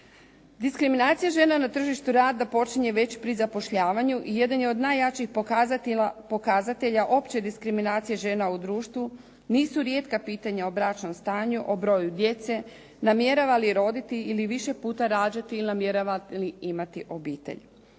Diskriminacija žena na tržištu rada počinje već pri zapošljavanju i jedan je od najjačih pokazatelja opće diskriminacije žena u društvu, nisu rijetka pitanja o bračnom stanju, o broju djece, namjerava li roditi ili više puta rađati ili namjerava li imati obitelj.